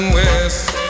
west